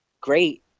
great